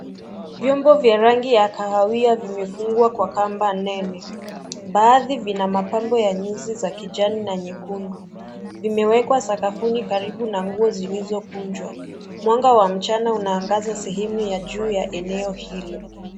Vyombo vya rangi ya kahawia vimefungwa kwa kamba nene. Baadhi vina mapambo ya nyuzi za kijani na nyekundu. Zimewekwa sakafuni karibu na nguo zilizokunjwa. Mwanga wa mchana unaangaza sehemu ya juu ya eneo hilo.